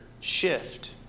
shift